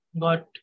got